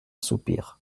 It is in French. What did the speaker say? soupir